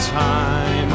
time